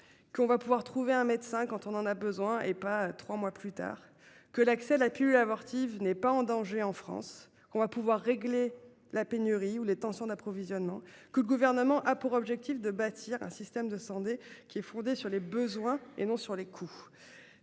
Qu'on va pouvoir trouver un médecin quand on en a besoin et pas 3 mois plus tard que l'accès la pu amortir n'est pas en danger en France qu'on va pouvoir régler la pénurie où les tensions d'approvisionnement que le gouvernement a pour objectif de bâtir un système de Sendai qui est fondée sur les besoins et non sur les coûts.